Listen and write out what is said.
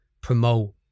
promote